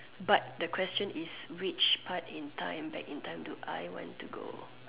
but the question is which part in time that in time do I want to go